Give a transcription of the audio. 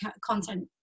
content